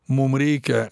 mum reikia